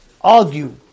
argue